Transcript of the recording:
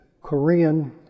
Korean